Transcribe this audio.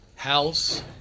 house